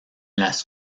las